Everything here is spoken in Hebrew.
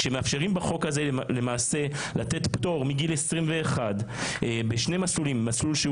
מאפשרים לתת פטור מגיל 21 בשני מסלולים מסלול שהוא